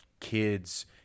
kids